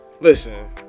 Listen